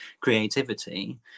creativity